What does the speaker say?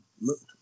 looked